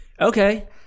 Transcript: okay